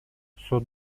сот